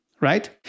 right